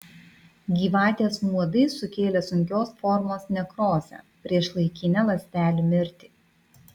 gyvatės nuodai sukėlė sunkios formos nekrozę priešlaikinę ląstelių mirtį